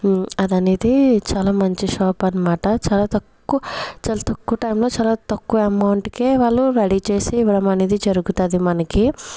అదనేది చాలా మంచి షాప్ అనమాట చాలా తక్కువ చాలా తక్కువ టైమ్లో చాలా తక్కువ ఎమౌంట్కే వాళ్లు రెడీ చేసి ఇవ్వడం అనేది జరుగుతుంది మనకీ